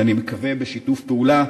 אני מקווה בשיתוף פעולה,